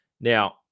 Now